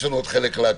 יש לנו עוד חלק להקריא.